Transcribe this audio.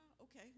okay